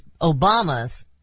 Obama's